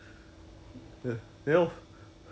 ya lor don't know leh Sriyan 也是 mah mm